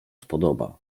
spodoba